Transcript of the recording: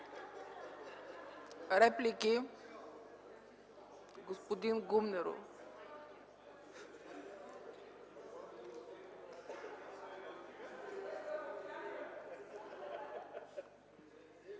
Реплики? Господин Гумнеров,